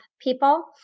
people